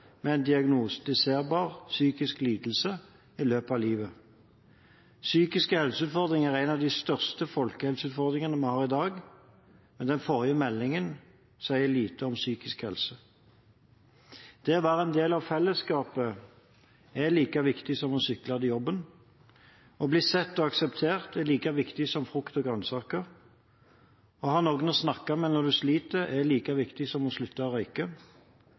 med en diagnostiserbar psykisk lidelse i løpet av livet. Psykiske helseutfordringer er en av de største folkehelseutfordringene vi har i dag, men den forrige meldingen sier lite om psykisk helse. Det å være en del av fellesskapet er like viktig som å sykle til jobben. Å bli sett og akseptert er like viktig som frukt og grønnsaker. Å ha noen å snakke med når du sliter, er like viktig som å slutte å røyke.